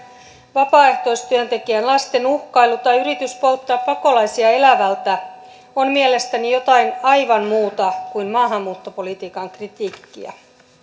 vapaaehtoistyöntekijän lasten uhkailu tai yritys polttaa pakolaisia elävältä on mielestäni jotain aivan muuta kuin maahanmuuttopolitiikan kritiikkiä